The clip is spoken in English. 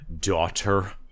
daughter